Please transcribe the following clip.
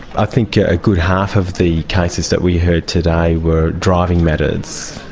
i think yeah a good half of the cases that we heard today were driving matters.